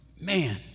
man